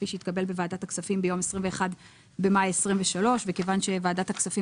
כפי שהתקבל בוועדת הכספים ביום 21 במאי 2023. וכיוון שוועדת הכספים